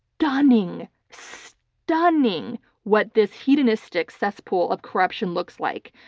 stunning so stunning what this hedonistic cesspool of corruption looks like.